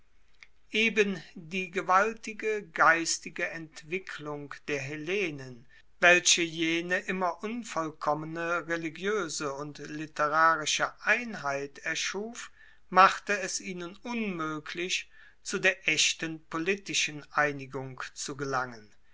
eben die gewaltige geistige entwicklung der hellenen welche jene immer unvollkommene religioese und literarische einheit erschuf machte es ihnen unmoeglich zu der echten politischen einigung zu gelangen